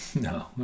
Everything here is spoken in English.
No